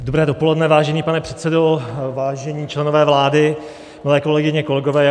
Dobré dopoledne, vážený pane předsedo, vážení členové vlády, milé kolegyně, kolegové.